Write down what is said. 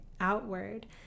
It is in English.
outward